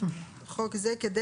--- כדי